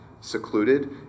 secluded